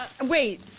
Wait